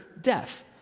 death